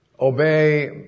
obey